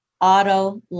auto